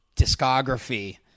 discography